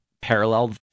parallel